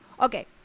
Okay